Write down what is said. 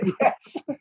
Yes